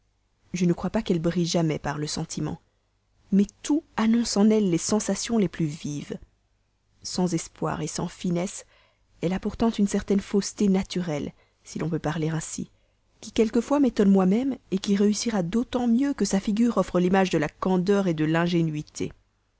je ne crois pas qu'elle brille jamais par le sentiment mais tout annonce en elle les sensations les plus vives sans esprit sans finesse elle a pourtant une certaine fausseté naturelle si l'on peut parler ainsi qui quelquefois m'étonne moi-même qui réussira d'autant mieux que sa figure offre l'image de la candeur de